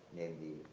namely,